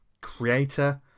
creator